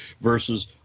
versus